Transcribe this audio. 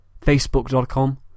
facebook.com